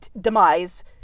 demise